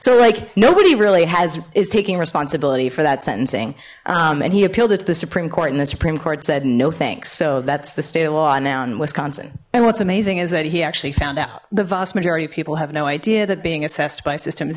so like nobody really has is taking responsibility for that sentencing and he appealed it to the supreme court and the supreme court said no thanks so that's the state law now in wisconsin and what's amazing is that he actually found out the vast majority of people have no idea that being assessed by system